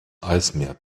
eismeer